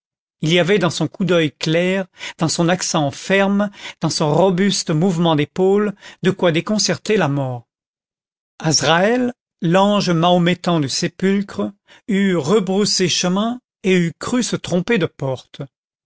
il y avait dans son coup d'oeil clair dans son accent ferme dans son robuste mouvement d'épaules de quoi déconcerter la mort azraël l'ange mahométan du sépulcre eût rebroussé chemin et eût cru se tromper de porte